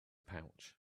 pouch